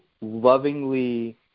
lovingly